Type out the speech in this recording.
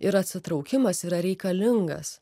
ir atsitraukimas yra reikalingas